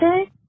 okay